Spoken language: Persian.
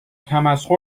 تمسخر